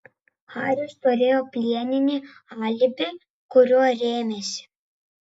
haris turėjo plieninį alibi kuriuo rėmėsi